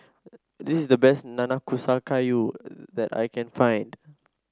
this is the best Nanakusa Gayu that I can find